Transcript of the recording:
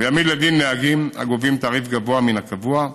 ויעמיד לדין נהגים הגובים תעריף גבוה מן הקבוע,